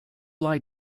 lie